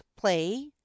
play